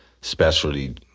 specialty